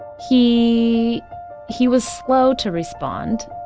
he he was slow to respond,